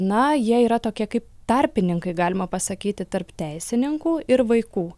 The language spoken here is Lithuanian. na jie yra tokie kaip tarpininkai galima pasakyti tarp teisininkų ir vaikų